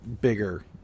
bigger